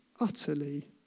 utterly